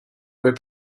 were